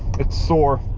it's sore.